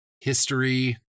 History